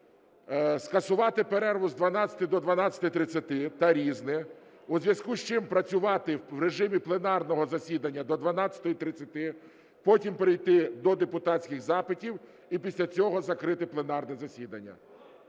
скасувати перерву з 12 до 12:30 та "Різне", у зв'язку з чим працювати в режимі пленарного засідання до 12:30. Потім перейти до депутатських запитів. І після цього закрити пленарне засідання.